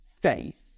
faith